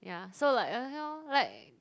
yeah so like okay lor like